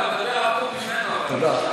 לא, אתה מדבר הפוך ממנו, אבל.